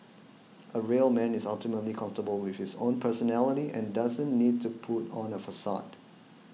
a real man is ultimately comfortable with his own personality and doesn't need to put on a facade